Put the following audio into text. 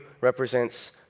represents